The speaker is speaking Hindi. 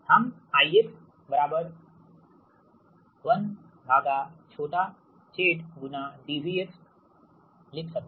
हम I 1small z dV dVdx लिख सकते